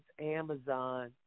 Amazon